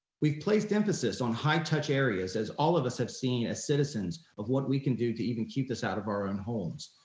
we've placed emphasis on high-touch areas as all of us have seen as citizens of what we can do to even keep this out of our own homes.